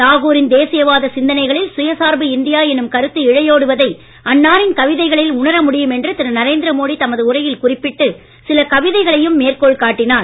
தாகூரின் தேசியவாத சிந்தனைகளில் சுயசார்பு இந்தியா எனும் கருத்து இழையோடுவதை அன்னாரின் கவிதைகளில் உணர முடியும் என்று திரு நரேந்திர மோடி தமது உரையில் குறிப்பிட்டு சில கவிதைகளையும் மேற்கோள் காட்டினார்